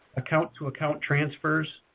account-to-account transfers,